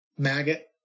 Maggot